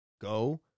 go